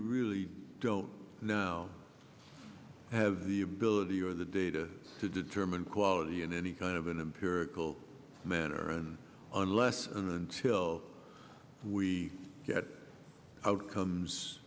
really don't now have the ability or the data to determine quality in any kind of an empirical manner and unless and until we get outcomes